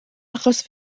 achos